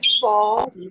fall